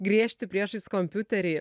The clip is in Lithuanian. griežti priešais kompiuterį